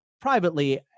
privately